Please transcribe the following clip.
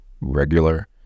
regular